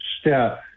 step